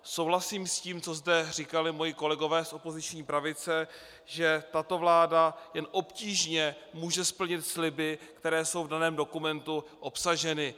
Souhlasím s tím, co zde říkali moji kolegové z opoziční pravice, že tato vláda jen obtížně může splnit sliby, které jsou v daném dokumentu obsaženy.